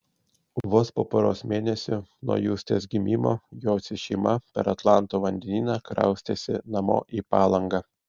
vos po poros mėnesių nuo justės gimimo jocių šeima per atlanto vandenyną kraustėsi namo į palangą